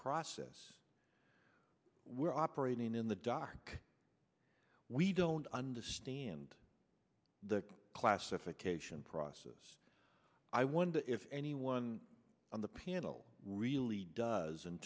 process we're operating in the dark we don't understand the classification process i wonder if anyone on the panel really does in